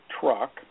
truck